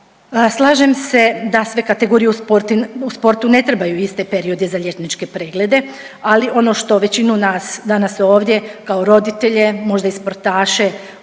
Slažem se da sve kategorije u sportu ne trebaju iste periode za liječničke preglede, ali ono što većinu nas danas ovdje kao roditelje, možda i sportaše